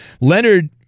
Leonard